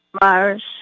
Mars